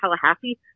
Tallahassee